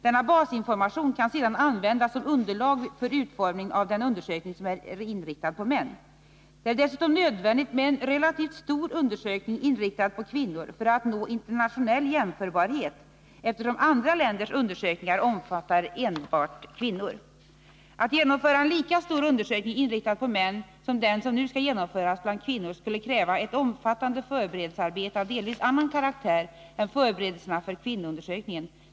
Denna basinformation kan sedan användas som underlag för utformningen av den undersökning som är inriktad på män. Det är dessutom nödvändigt med en relativt stor undersökning inriktad på kvinnor för att nå internationell jämförbarhet, eftersom andra länders undersökningar omfattar enbart kvinnor. Att genomföra en lika stor undersökning inriktad på män som den som nu skall genomföras bland kvinnor skulle kräva ett omfattande förberedelsearbete av delvis annan karaktär än förberedelserna för kvinnoundersökningen.